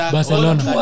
Barcelona